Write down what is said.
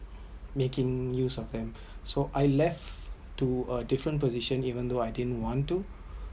making use of them so I left to a different position even though I didn’t want to